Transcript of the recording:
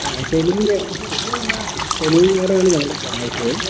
ആ ശനി ശനി ഞായറുമാണ് ഞങ്ങളുടെ ക്ലാസ്